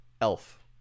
Elf